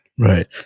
Right